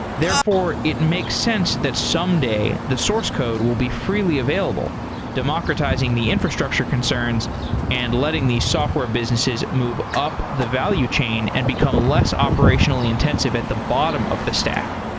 therefore, it makes sense that someday the source code will be freely available democratizing the infrastructure concerns and letting the software businesses move up the value chain and become less operationally intensive at the bottom of the stack.